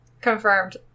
confirmed